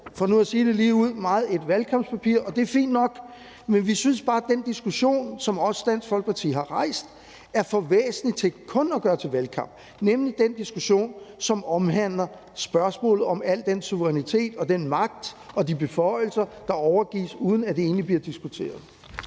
for nu at sige det lige ud meget et valgkampspapir, og det er fint nok. Men vi synes bare, at den diskussion, som også Dansk Folkeparti har rejst, er for væsentlig til kun at gøre til valgkamp, nemlig den diskussion, som omhandler spørgsmålet om al den suverænitet og den magt og de beføjelser, der overgives, uden at det egentlig bliver diskuteret.